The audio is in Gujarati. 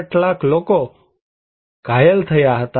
66 લાખ લોકો ઘાયલ થયા હતા